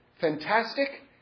fantastic